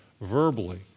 verbally